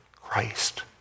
Christ